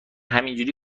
همینجوری